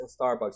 starbucks